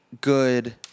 good